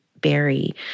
berry